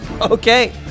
Okay